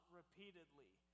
repeatedly